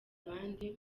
abandi